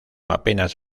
apenas